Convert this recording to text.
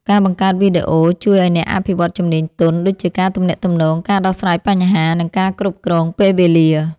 ការបង្កើតវីដេអូជួយឱ្យអ្នកអភិវឌ្ឍជំនាញទន់ ដូចជាការទំនាក់ទំនង ការដោះស្រាយបញ្ហា និងការគ្រប់គ្រងពេលវេលា។